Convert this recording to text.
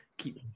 keep